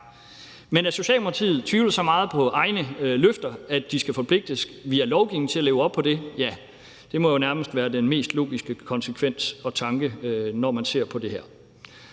Men at Socialdemokratiet tvivler så meget på egne løfter, at de skal forpligtes via lovgivning til at leve op til det, må jo nærmest være den mest logiske konsekvens og tanke, når man ser på det her.